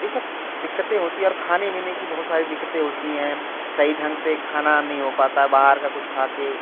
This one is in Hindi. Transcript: ये सब दिक्कतें होती हैं और खाने पीने की बहुत सारी दिक्कतें होती हैं सही ढंग से खाना नहीं हो पाता बाहर का कुछ खाके